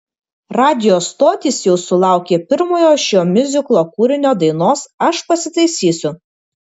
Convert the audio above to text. radijo stotys jau sulaukė pirmojo šio miuziklo kūrinio dainos aš pasitaisysiu